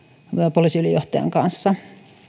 poliisiylijohtajan kanssa